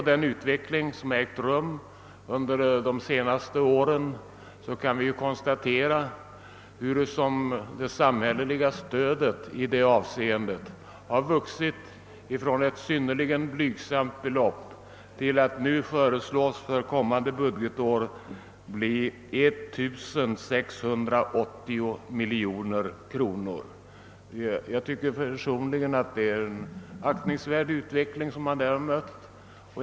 Den utveckling som har ägt rum under de senaste åren visar att det samhälleliga stödet har vuxit från ett synnerligen blygsamt belopp till att enligt förslaget för kommande budgetår bli 1680 miljoner kronor. Jag tycker personligen att det är en aktningsvärd utveckling.